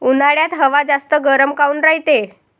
उन्हाळ्यात हवा जास्त गरम काऊन रायते?